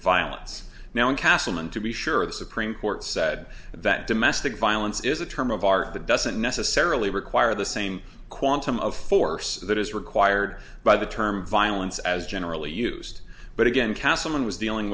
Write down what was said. violence now in castleman to be sure the supreme court said that domestic violence is a term of art that doesn't necessarily require the same quantum of force that is required by the term violence as generally used but again kasim was dealing